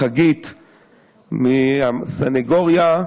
לחגית מהסנגוריה,